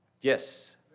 yes